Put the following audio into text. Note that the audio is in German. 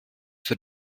für